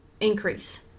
increase